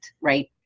right